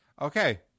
Okay